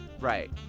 Right